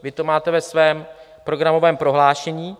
Vy to máte ve svém programovém prohlášení.